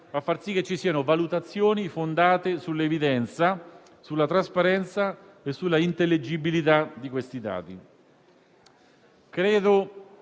a far sì che le valutazioni siano fondate sull'evidenza, sulla trasparenza e sulla intelligibilità dei dati